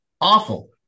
awful